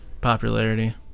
popularity